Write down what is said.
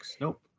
Nope